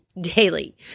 daily